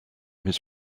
his